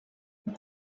umwe